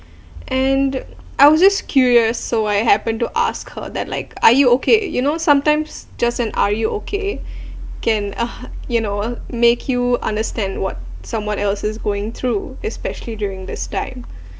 and I was just curious so I happen to ask her that like are you okay you know sometimes just an are you okay can (uh huh) you know make you understand what someone else is going through especially during this time